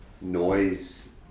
noise